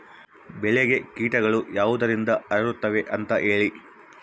ಬೆಳೆಗೆ ಕೇಟಗಳು ಯಾವುದರಿಂದ ಹರಡುತ್ತದೆ ಅಂತಾ ಹೇಳಿ?